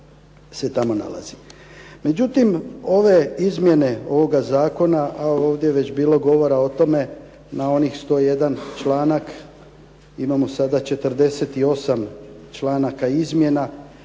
Međutim, ove izmjene ovoga zakona a ovdje je već bilo govora o tome na onih 101 članak imamo sada 48 članaka izmjena